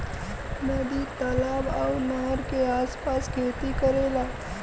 नदी तालाब आउर नहर के आस पास खेती करेला